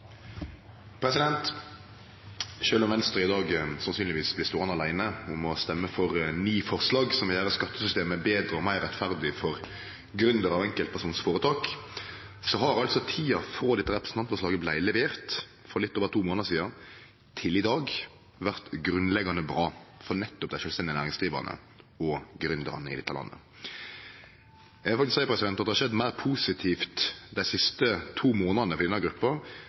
Venstre i dag sannsynlegvis blir ståande åleine om å stemme for ni forslag som vil gjere skattesystemet betre og meir rettferdig for gründerar og enkeltpersonføretak, har altså tida frå dette representantforslaget vart levert – for litt over to månader sidan – til i dag, vore grunnleggjande bra for nettopp dei sjølvstendig næringsdrivande og gründerane i dette landet. Eg vil faktisk seie at det har skjedd meir positivt dei siste to månadene for denne